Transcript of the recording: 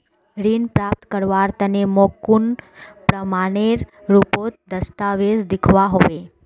ऋण प्राप्त करवार तने मोक कुन प्रमाणएर रुपोत दस्तावेज दिखवा होबे?